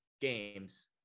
games